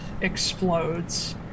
explodes